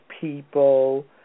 people